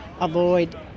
avoid